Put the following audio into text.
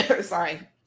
Sorry